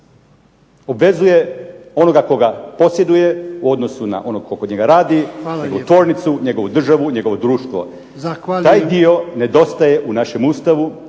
obvezuje onoga tko ga posjeduje u odnosu na onog tko kod njega radi, njegovu tvornicu, njegovu državu, njegovo društvo. Taj dio nedostaje u našem Ustavu,